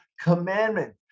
commandment